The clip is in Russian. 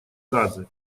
газы